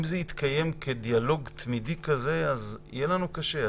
אם זה יתקיים כדיאלוג תמידי כזה, יהיה לנו קשה.